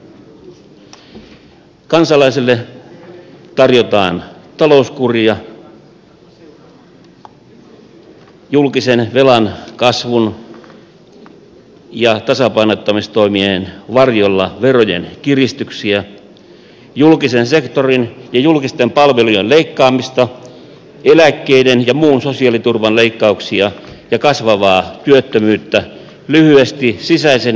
kansalaiselle tarjotaan talouskuria julkisen velan kasvun ja tasapainottamistoimien varjolla verojen kiristyksiä julkisen sektorin ja julkisten palvelujen leikkaamista eläkkeiden ja muun sosiaaliturvan leikkauksia ja kasvavaa työttömyyttä lyhyesti sisäisen devalvaation politiikkaa